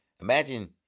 imagine